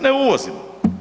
Ne uvozimo.